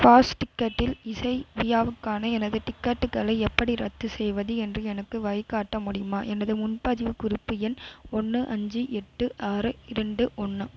fast டிக்கெட்டில் இசை விழாவுக்கான எனது டிக்கெட்டுகளை எப்படி ரத்து செய்வது என்று எனக்கு வழிகாட்ட முடியுமா எனது முன்பதிவு குறிப்பு எண் ஒன்று அஞ்சு எட்டு ஆறு இரண்டு ஒன்று